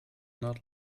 not